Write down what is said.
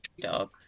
dog